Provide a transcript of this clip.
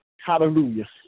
Hallelujah